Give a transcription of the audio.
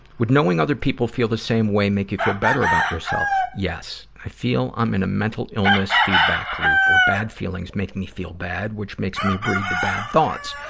would knowing other people feel the same way make you feel better about yourself? yes. i feel i'm in a mental illness feedback loop, where bad feelings make me feel bad, which makes me breed the bad thoughts.